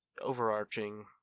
Overarching